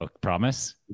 Promise